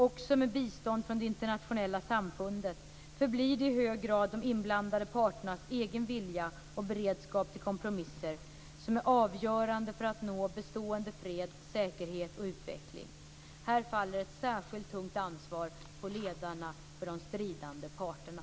Också med bistånd från det internationella samfundet förblir det i hög grad de inblandade parternas egen vilja och beredskap till kompromisser som är avgörande för att nå bestående fred, säkerhet och utveckling. Här faller ett särskilt tungt ansvar på ledarna för de stridande parterna.